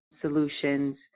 solutions